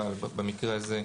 במקרה הזה,